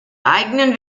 eigenen